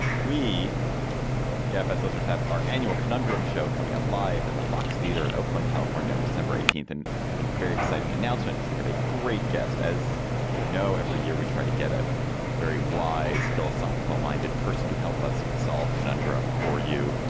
we dfs listeners have our annual conundrum show coming up live at the fox theater in oakland california on december eighteenth and have a very exciting announcement which we have a great guest. as you know every year we try to get a very wise philosophical minded person to help us solve conundrum for you.